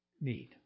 need